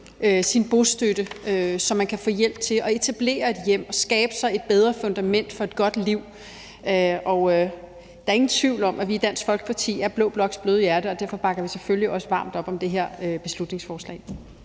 sin bostøtte, så man kan få hjælp til at etablere et hjem og skabe sig et bedre fundament for et godt liv. Der er ingen tvivl om, at vi i Dansk Folkeparti er blå bloks bløde hjerte, og at vi derfor selvfølgelig også bakker varmt op om det her beslutningsforslag.